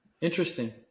Interesting